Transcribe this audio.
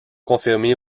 confirmés